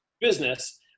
business